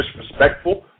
disrespectful